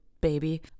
baby